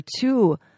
two